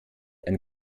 ein